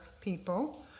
people